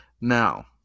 Now